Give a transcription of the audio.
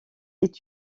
est